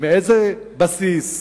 מאיזה בסיס,